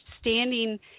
standing